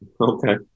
okay